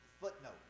footnote